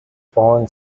fallen